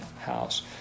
house